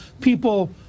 people